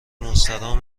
مستراح